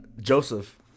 Joseph